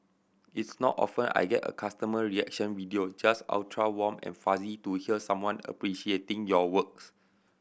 it's not often I get a customer reaction video just ultra warm and fuzzy to hear someone appreciating your works